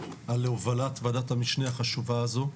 על הובלת וועדת המשנה החשובה הזו,